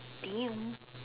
damn